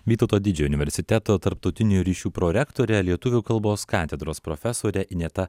vytauto didžiojo universiteto tarptautinių ryšių prorektorė lietuvių kalbos katedros profesorė ineta